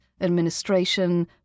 administration